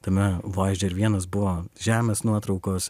tame vaidžer vienas buvo žemės nuotraukos